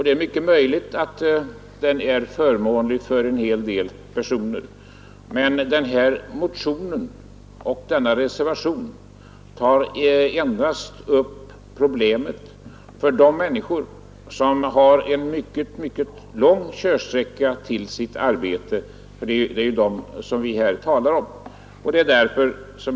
Det är möjligt att den är förmånlig för en hel del personer, men motionen och reservationen tar endast upp problemet för de människor som har en mycket lång körsträcka till sitt arbete; det är bara dem vi talar om.